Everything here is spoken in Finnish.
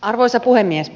arvoisa puhemies